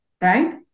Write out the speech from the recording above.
right